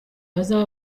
bazaba